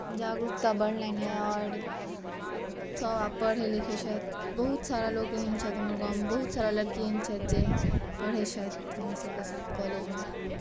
जागरूकता बढ़लनि यए आओर सभ आब पढ़ैत लिखैत छथि बहुत सारा लोक एहन छथि हमर गाममे बहुत सारा लड़की एहन छथि जे पढ़ैत छथि हमर सभके साथ कॉलेजमे